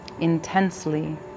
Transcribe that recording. intensely